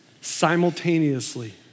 simultaneously